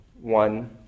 one